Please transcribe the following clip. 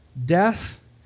Death